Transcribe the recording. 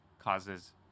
causes